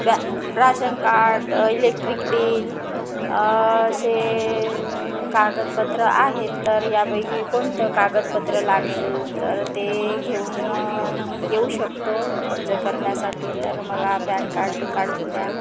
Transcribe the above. बॅ ration card electric bill असे कागदपत्र आहेत तर यापैकी कोणतं कागदपत्र लागेल तर ते घेऊन मी येऊ शकतो अर्ज करण्यासाठी तर मला पॅन कार्ड काढून द्या